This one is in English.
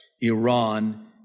Iran